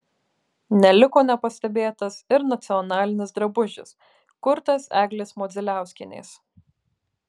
neliko nepastebėtas ir nacionalinis drabužis kurtas eglės modzeliauskienės